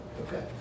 Okay